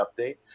update